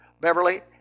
Beverly